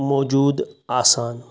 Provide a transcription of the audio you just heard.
موجوٗد آسان